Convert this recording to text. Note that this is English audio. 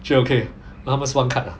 就 okay 了他们是 one card ah